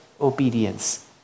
obedience